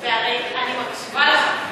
הרי אני מקשיבה לך,